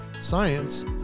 science